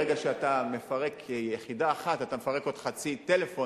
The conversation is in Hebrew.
ברגע שאתה מפרק יחידה אחת אתה מפרק עוד חצי טלפון,